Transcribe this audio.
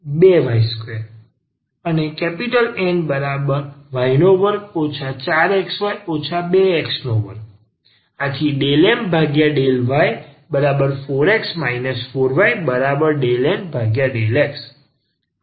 Mx2 4xy 2y2 Ny2 4xy 2x2 ∂M∂y 4x 4y∂N∂x ⟹ સમીકરણ સચોટ છે